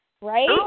right